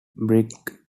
brick